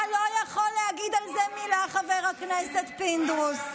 אתה לא יכול להגיד על זה מילה, חבר הכנסת פינדרוס.